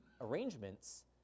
arrangements